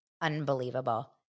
Unbelievable